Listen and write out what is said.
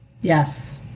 Yes